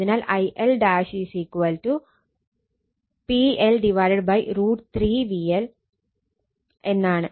അതിനാൽ IL PL √ 3 VL എന്നാണ്